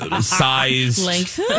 size